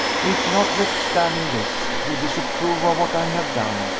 if, notwithstanding this, you disapprove of what i have done,